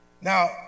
Now